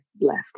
left